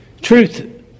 Truth